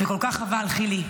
וכל כך חבל, חילי.